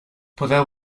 podeu